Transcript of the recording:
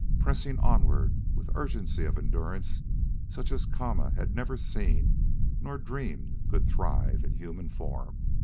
pressing onward with urgency of endurance such as kama had never seen nor dreamed could thrive in human form.